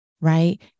right